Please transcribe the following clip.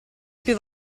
più